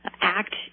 act